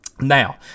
now